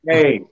Hey